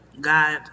God